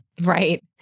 Right